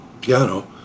piano